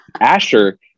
Asher